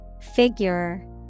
Figure